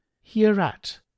Hereat